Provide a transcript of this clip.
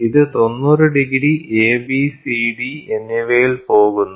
ഇത് 90 degree A B C D എന്നിവയിൽ പോകുന്നു